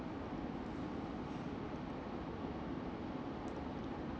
mmhmm